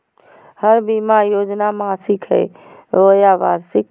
हमर बीमा योजना मासिक हई बोया वार्षिक?